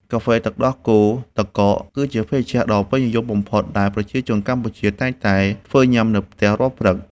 កាហ្វេទឹកដោះគោទឹកកក គឺជាភេសជ្ជៈដ៏ពេញនិយមបំផុតដែលប្រជាជនកម្ពុជាតែងតែធ្វើញ៉ាំនៅផ្ទះរាល់ព្រឹក។